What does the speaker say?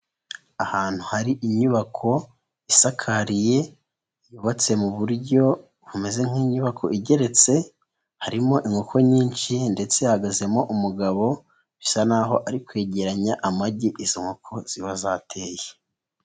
Ahantu hari inyubako isakariye, yubatse mu buryo bumeze nk'inyubako igeretse, harimo inkoko nyinshi ndetse ihagazemo umugabo, bisa n'aho ari kwegeranya amagi, izo nkoko ziba zateye.